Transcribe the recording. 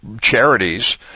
charities